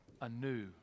anew